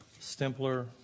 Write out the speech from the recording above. Stempler